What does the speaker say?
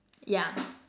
yeah